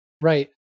Right